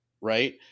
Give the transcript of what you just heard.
Right